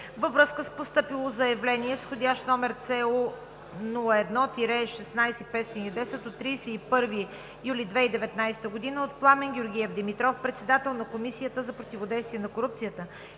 Във връзка с постъпило заявление с входящ № ЦУ 01-16510 от 31 юли 2019 г. от Пламен Георгиев Димитров, председател на Комисията за противодействие на корупцията